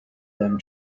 them